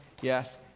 yes